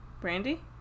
Brandy